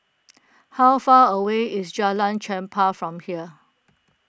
how far away is Jalan Chempah from here